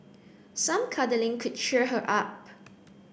some cuddling could cheer her up